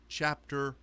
chapter